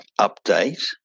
update